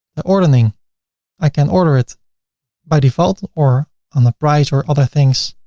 the ordering i can order it by default, or on the price or other things.